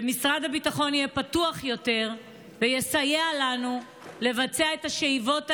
שמשרד הביטחון יהיה פתוח יותר ויסייע לנו לבצע את השאיבות האלה.